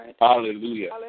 Hallelujah